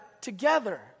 together